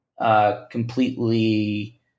Completely